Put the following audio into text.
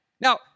Now